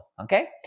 Okay